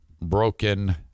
broken